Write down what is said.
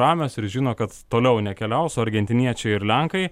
ramios ir žino kad toliau nekeliaus o argentiniečiai ir lenkai